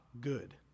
good